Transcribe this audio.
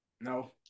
No